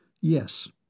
Yes